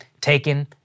taken